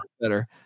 better